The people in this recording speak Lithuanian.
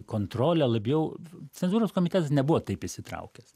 kontrolę labiau cenzūros komitetas nebuvo taip įsitraukęs